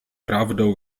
prawdą